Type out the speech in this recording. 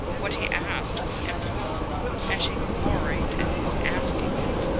what he asked was impossible and she gloried in his asking it.